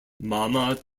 mama